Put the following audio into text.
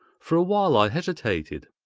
for a while i hesitated.